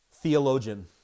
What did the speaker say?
Theologian